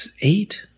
eight